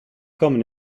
common